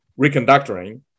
reconductoring